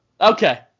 Okay